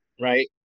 right